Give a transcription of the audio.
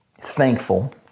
thankful